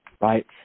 right